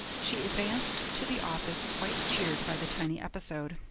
she advanced to the office quite cheered by the tiny episode,